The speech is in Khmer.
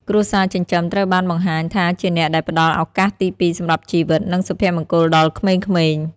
គ្រួសារចិញ្ចឹមត្រូវបានបង្ហាញថាជាអ្នកដែលផ្ដល់ឱកាសទីពីរសម្រាប់ជីវិត និងសុភមង្គលដល់ក្មេងៗ។